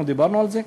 אנחנו דיברנו על זה.